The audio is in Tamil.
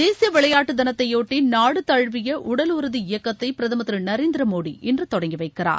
தேசிய விளையாட்டு தினத்தையொட்டி நாடு தழுவிய உடல் உறுதி இயக்கத்தை பிரதமர் திரு நரேந்திர மோடி இன்று தொடங்கி வைக்கிறார்